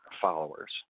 followers